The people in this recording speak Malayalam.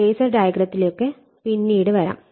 ഫേസർ ഡയഗ്രത്തിലേക്കൊക്കെ പിന്നീട് വരാം